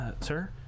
sir